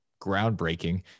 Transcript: groundbreaking